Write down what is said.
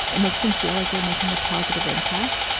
it makes them feel like they're making a positive impact.